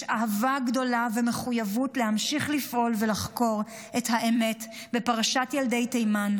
יש אהבה גדולה ומחויבות להמשיך לפעול ולחקור את האמת בפרשת ילדי תימן,